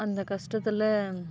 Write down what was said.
அந்த கஷ்டத்தில்